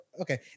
Okay